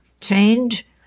change